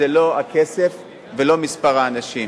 זה לא הכסף ולא מספר האנשים.